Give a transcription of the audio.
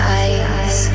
eyes